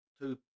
two